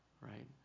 right